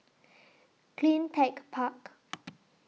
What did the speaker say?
CleanTech Park